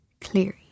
Cleary